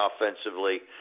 offensively